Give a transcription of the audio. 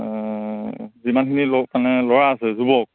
যিমানখিনি ল মানে ল'ৰা আছে যুৱক